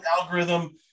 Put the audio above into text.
algorithm